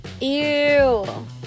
Ew